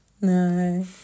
No